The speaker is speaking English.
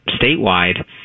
statewide